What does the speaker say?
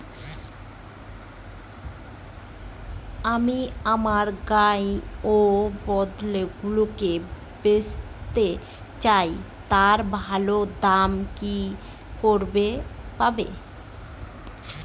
আমি আমার গাই ও বলদগুলিকে বেঁচতে চাই, তার ভালো দাম কি করে পাবো?